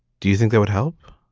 do you think that would help?